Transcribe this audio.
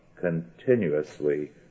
continuously